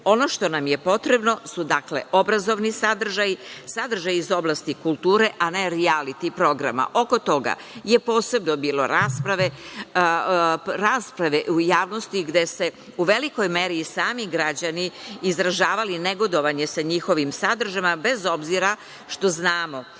što nam je potrebno su: obrazovni sadržaji, sadržaji iz oblasti kulture, a ne rijaliti programa. Oko toga je posebno bilo rasprave u javnosti gde su velikoj meri i sami građani izražavali i negodovanje sa njihovim sadržajima, bez obzira što znamo